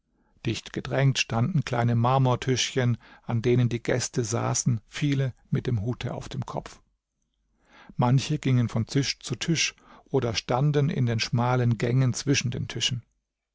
dicht gedrängt standen kleine marmortischchen an denen die gäste saßen viele mit dem hute auf dem kopf manche gingen von tisch zu tisch oder standen in den schmalen gängen zwischen den tischen